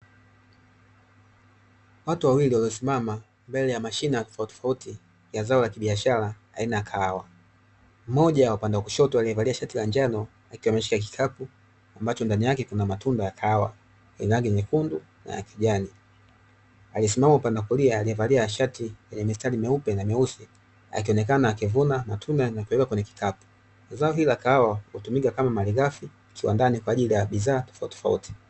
Watu wawili waliosimama mbele ya mashina tofautitofauti ya zao la kibiashara aina ya kahawa. Mmoja wa upande wa kushoto alyevaliwa shati la njano akiwa ameshika kikapu ambacho ndani yake kuna matunda ya kahawa nyenye rangi nyekundu na ya kijani. Aliyesimama upande wa kulia aliyevalia shati lenye mistari meupe na meusi akionekana akivuna matunda na kuweka kwenye kikapu. Zao hili la kahawa hutumika kama malighafi kiwandani kwa ajili ya bidhaa tofautitofauti.